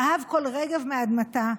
אהב כל רגב מאדמתה.